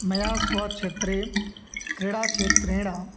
मया स्व क्षेत्रे क्रीडाक्ष्रेत्रेण